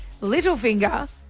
Littlefinger